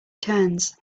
turns